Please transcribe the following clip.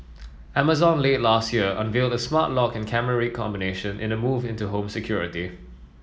Amazon late last year unveiled a smart lock and camera combination in a move into home security